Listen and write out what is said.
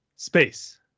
Space